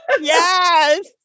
Yes